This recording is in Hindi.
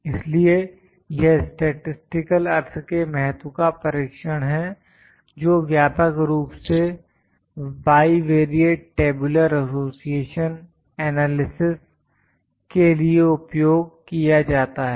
इसलिए यह स्टैटिसटिकल अर्थ के महत्व का परीक्षण है जो व्यापक रूप से बाईवेरिएट टेबुलर एसोसिएशन एनालिसिस के लिए उपयोग किया जाता है